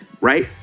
right